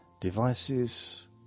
Devices